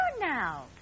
now